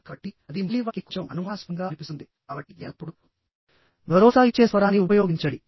కాబట్టి అది మళ్ళీ వారికి కొంచెం అనుమానాస్పదంగా అనిపిస్తుంది కాబట్టి ఎల్లప్పుడూ భరోసా ఇచ్చే స్వరాన్ని ఉపయోగించండి